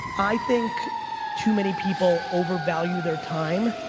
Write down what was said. i think too many people over-value their time,